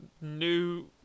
new